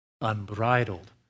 Unbridled